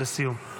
לסיום.